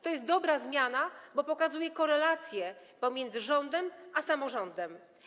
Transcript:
To jest dobra zmiana, bo pokazuje korelacje pomiędzy rządem a samorządem.